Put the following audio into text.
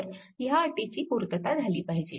तर ह्या अटीची पूर्तता झाली पाहिजे